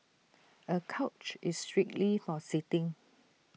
A couch is strictly for sitting